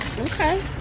Okay